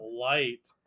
light